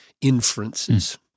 inferences